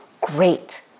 great